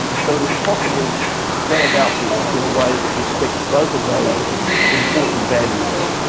so it is possible to go about this in a way that respects both of those important values,